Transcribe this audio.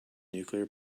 nuclear